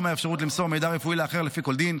מהאפשרות למסור מידע רפואי לאחר לפי כל דין,